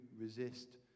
resist